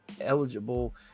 eligible